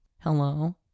Hello